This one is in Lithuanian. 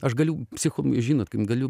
aš galiu psicho žinot galiu